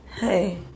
hey